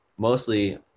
mostly